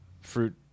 fruit